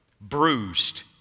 bruised